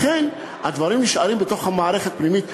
לכן, הדברים נשארים בתוך מערכת פנימית.